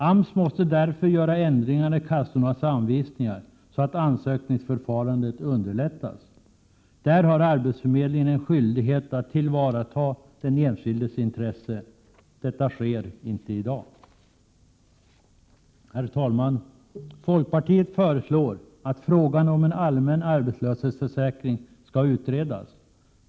AMS måste därför göra ändringar i kassornas anvisningar, så att ansökningsförfarandet underlättas. Där har arbetsförmedlingen en skyldighet att tillvarata den enskildes intressen. Detta sker inte i dag. Herr talman! Folkpartiet föreslår att frågan om en allmän arbetslöshetsförsäkring skall utredas.